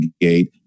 Gate